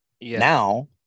Now-